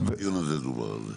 גם בדיון הזה דובר על זה.